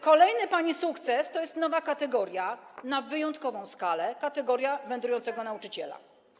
Kolejny pani sukces to jest nowa kategoria na wyjątkową skalę, kategoria wędrującego nauczyciela.